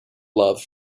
love